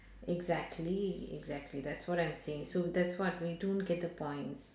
exactly exactly that's what I'm saying so that's what we don't get the points